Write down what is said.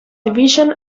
division